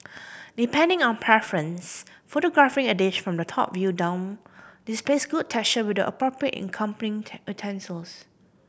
depending on preference photographing a dish from the top view down displays good texture with the appropriate accompanying utensils